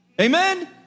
Amen